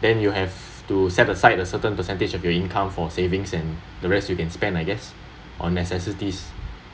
then you have to set aside a certain percentage of your income for savings and the rest you can spend I guess on necessities